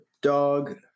dog